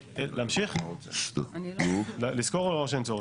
להמשיך לסקור או שאין צורך?